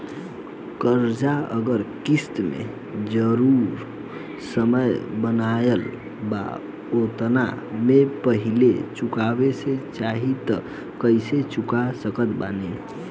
कर्जा अगर किश्त मे जऊन समय बनहाएल बा ओतना से पहिले चुकावे के चाहीं त कइसे चुका सकत बानी?